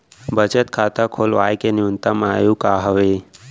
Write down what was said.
बचत खाता खोलवाय के न्यूनतम आयु का हवे?